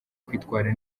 kwitwara